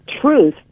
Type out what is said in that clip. truth